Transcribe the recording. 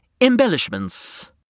embellishments